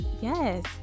Yes